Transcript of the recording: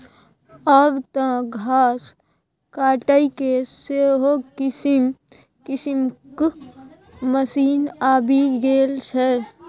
आब तँ घास काटयके सेहो किसिम किसिमक मशीन आबि गेल छै